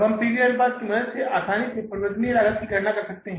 हम P V अनुपात की मदद से आसानी से परिवर्तनीय लागत की गणना कर सकते हैं